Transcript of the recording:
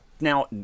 Now